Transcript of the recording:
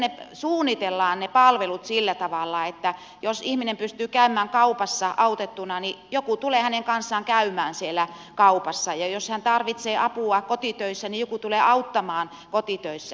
sitten suunnitellaan ne palvelut sillä tavalla että jos ihminen pystyy käymään kaupassa autettuna niin joku tulee hänen kanssaan käymään siellä kaupassa ja jos hän tarvitsee apua kotitöissä niin joku tulee auttamaan kotitöissä